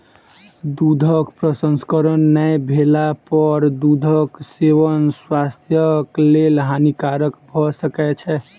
दूधक प्रसंस्करण नै भेला पर दूधक सेवन स्वास्थ्यक लेल हानिकारक भ सकै छै